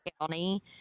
county